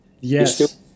Yes